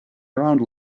around